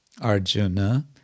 Arjuna